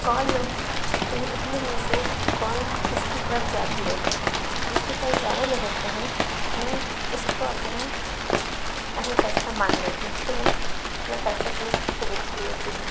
کون لوگ یعنی اتنے میں سے کون کس کی طرف زیادہ لوگ ہیں جس کی طرف زیادہ لوگ ہوتے ہیں میں اُس کو اپنا اہم فیصلہ مان لیتی ہوں اُس کو میں اپنا فیصلہ سمجھ کر قبول کر لیتی ہوں